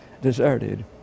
deserted